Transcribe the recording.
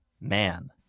man